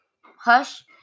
hush